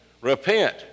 Repent